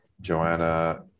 joanna